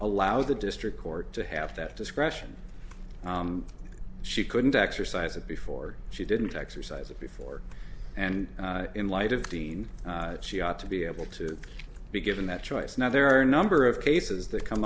allow the district court to have that discretion she couldn't exercise it before she didn't exercise it before and in light of dean she ought to be able to be given that choice now there are a number of cases that come